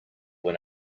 when